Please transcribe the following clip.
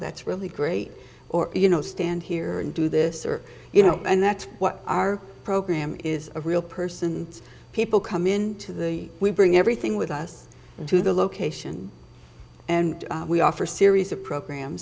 that's really great or you know stand here and do this or you know and that's what our program is a real person and people come into the we bring everything with us to the location and we offer series of programs